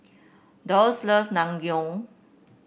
Dwyanes love Naengmyeon